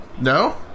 No